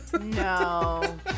no